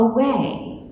away